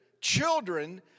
children